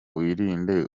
wirinde